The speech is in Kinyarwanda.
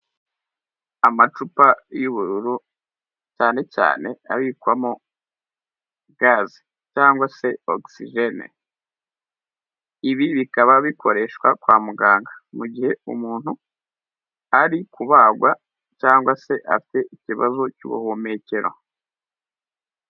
Amacupa y'ubururu cyane cyane abikwamo gaze cyangwa se oxygene, ibi bikaba bikoreshwa kwa muganga mu gihe umuntu ari kubagwa cyangwa se afite ikibazo cy'ubuhumekero.